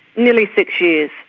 nearly six years.